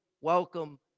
welcome